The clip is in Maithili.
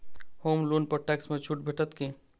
होम लोन पर टैक्स मे छुट भेटत की